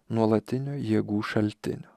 nuolatinio jėgų šaltinio